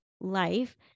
life